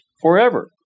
forever